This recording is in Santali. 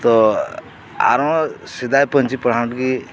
ᱛᱳ ᱟᱨᱦᱚᱸ ᱥᱮᱫᱟᱭ ᱯᱟᱹᱧᱪᱤ ᱯᱟᱲᱦᱟᱰ ᱜᱮ